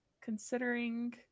considering